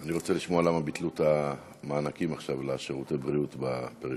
אני רוצה לשמוע למה ביטלו את המענקים עכשיו לשירותי בריאות בפריפריה.